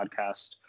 podcast